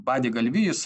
badė galvijus